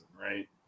right